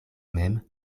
mem